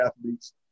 athletes